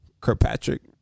Kirkpatrick